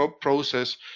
process